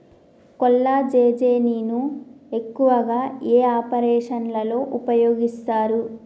కొల్లాజెజేని ను ఎక్కువగా ఏ ఆపరేషన్లలో ఉపయోగిస్తారు?